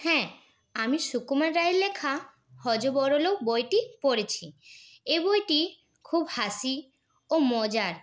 হ্যাঁ আমি সুকুমার রায়ের লেখা হযবরল বইটি পড়েছি এই বইটি খুব হাসি ও মজার